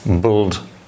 build